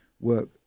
work